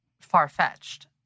far-fetched